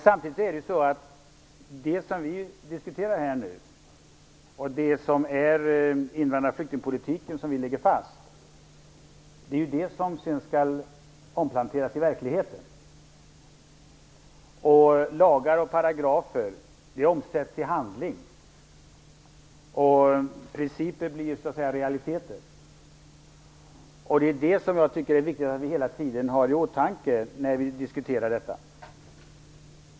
Samtidigt är det som vi nu diskuterar, det som är den invandrar och flyktingpolitik som vi lägger fast, det som sedan skall omplanteras i verkligheten. Lagar och paragrafer omsätts i handling, och principer blir realiteter. Det är det som jag tycker är viktigt att vi hela tiden har i åtanke när vi diskuterar detta.